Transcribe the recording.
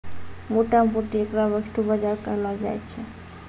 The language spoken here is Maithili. मोटा मोटी ऐकरा वस्तु बाजार कहलो जाय छै